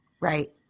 right